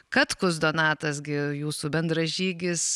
katkus donatas gi jūsų bendražygis